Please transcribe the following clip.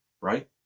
Right